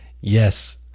Yes